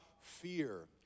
fear